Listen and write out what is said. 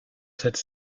cette